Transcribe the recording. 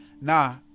nah